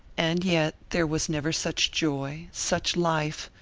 and yet there was never such joy, such life,